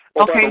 Okay